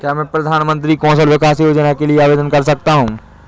क्या मैं प्रधानमंत्री कौशल विकास योजना के लिए आवेदन कर सकता हूँ?